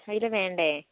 അയില വേണ്ടേ